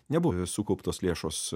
nebuvo jos sukauptos lėšos